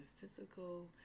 physical